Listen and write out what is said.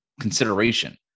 consideration